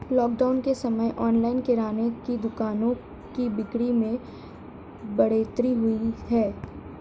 lockdown के समय online किराने की दुकानों की बिक्री में बढ़ोतरी हुई है